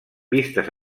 vistes